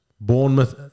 Bournemouth